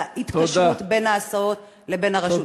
ההתקשרות בין חברות ההסעות לבין הרשויות?